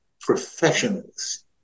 professionals